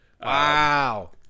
Wow